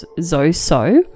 Zozo